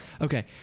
Okay